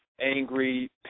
Angry